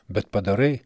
bet padarai